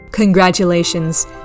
Congratulations